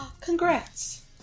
Congrats